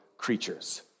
Creatures